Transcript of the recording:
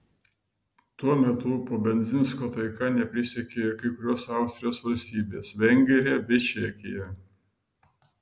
tuo metu po bendzinsko taika neprisiekė ir kai kurios austrijos valstybės vengrija bei čekija